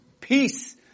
peace